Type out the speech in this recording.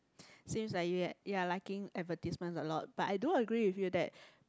seems like you had you are liking advertisements a lot but I do agree with you that